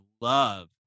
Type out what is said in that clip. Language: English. love